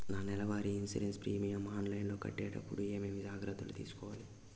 నా నెల వారి ఇన్సూరెన్సు ప్రీమియం ఆన్లైన్లో కట్టేటప్పుడు ఏమేమి జాగ్రత్త లు తీసుకోవాలి?